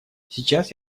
сейчас